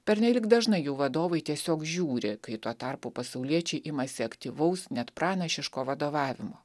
pernelyg dažnai jų vadovai tiesiog žiūri kai tuo tarpu pasauliečiai imasi aktyvaus net pranašiško vadovavimo